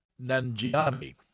Nanjiani